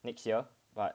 next year but